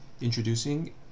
introducing